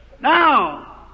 Now